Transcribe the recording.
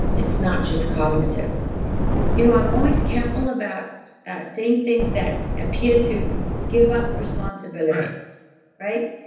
it's not just cognitive you know, i'm always careful about saying things that appear to give up responsibility right?